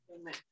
Amen